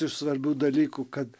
iš svarbių dalykų kad